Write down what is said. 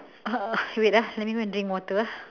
uh wait ah let me go and drink water ah